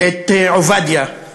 את עובדיה,